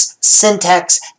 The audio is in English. syntax